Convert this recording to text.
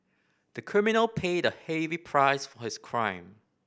the criminal paid a heavy price for his crime